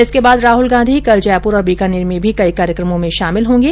उसके बाद राहुल गांधी कल जयपुर और बीकानेर में भी कई कार्यक्रमों में शामिल होंगे